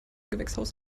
gewächshaus